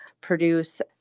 produce